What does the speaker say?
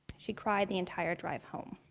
she cried the entire drive home.